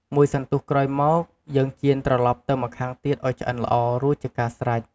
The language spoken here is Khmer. មួយសន្ទុះក្រោយមក យើងចៀនត្រឡប់ទៅម្ខាងទៀតឱ្យឆ្អិនល្អ រួចជាការស្រេច។